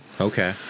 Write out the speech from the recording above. okay